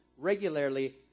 regularly